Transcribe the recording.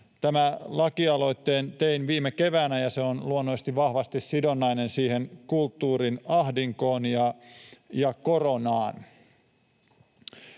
Tämän lakialoitteen tein viime keväänä, ja se on luonnollisesti vahvasti sidonnainen siihen kulttuurin ahdinkoon ja koronaan.